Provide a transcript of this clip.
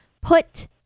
Put